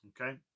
Okay